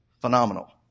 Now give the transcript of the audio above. phenomenal